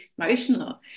emotional